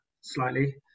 slightly